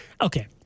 Okay